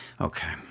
okay